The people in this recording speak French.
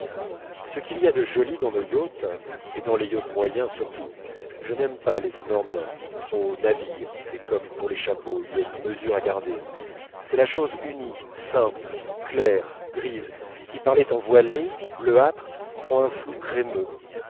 ce qu'il y a de joli dans nos yachts et dans les yachts moyens surtout je n'aime pas les énormes trop navires c'est comme pour les chapeaux il y a une mesure à garder c'est la chose unie simple claire grise qui par les temps voilés bleuâtres prend un flou crémeux